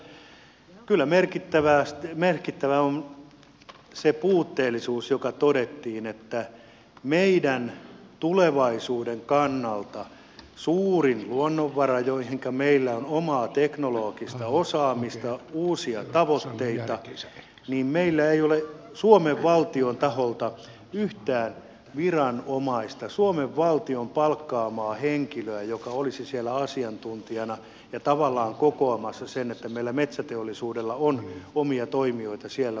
mutta kyllä merkittävää on se puutteellisuus joka todettiin että koskien meidän tulevaisuuden kannalta suurinta luonnonvaraamme johonka meillä on omaa teknologista osaamista uusia tavoitteita meillä ei ole suomen valtion taholta yhtään viranomaista suomen valtion palkkaamaan henkilöä joka olisi siellä asiantuntijana ja tavallaan kokoamassa sen että meidän metsäteollisuudellamme on omia toimijoita siellä